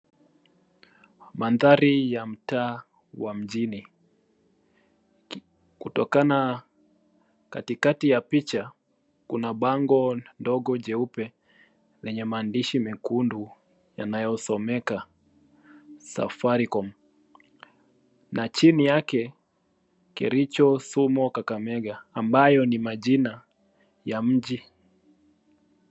Mandhari wa mtaa wa mjini kutokana katikati ya picha kuna bango ndogo jeupe lenye maandishi mekundu yanayosomeka Safaricom na chini yake Kericho, Kisumu, Kakamega, ambayo ni majina ya mji.